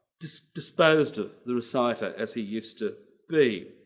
just disposed of the reciter as he used to be.